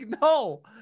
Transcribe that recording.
no